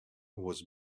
was